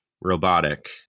robotic